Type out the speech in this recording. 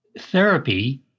therapy